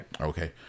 okay